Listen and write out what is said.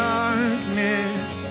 darkness